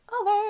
over